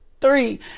three